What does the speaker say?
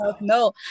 no